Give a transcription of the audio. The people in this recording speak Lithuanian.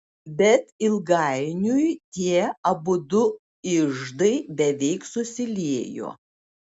bet ilgainiui tie abudu iždai beveik susiliejo